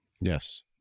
yes